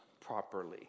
properly